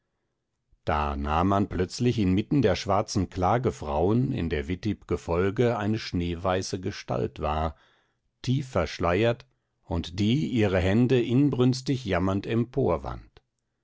da nahm man plötzlich inmitten der schwarzen klagefrauen in der wittib gefolge eine schneeweiße gestalt wahr tiefverschleiert und die ihre hände inbrünstig jammernd